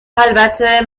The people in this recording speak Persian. البته